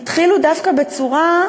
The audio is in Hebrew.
התחילו דווקא בצורה,